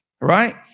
Right